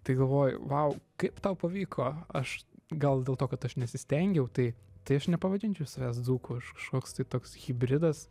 tai galvoju vau kaip tau pavyko aš gal dėl to kad aš nesistengiau tai tai aš nepavadinčiau savęs dzūku aš kašoks tai toks hibridas